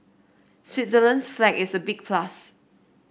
Switzerland's flag is a big plus